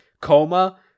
coma